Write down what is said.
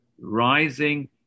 rising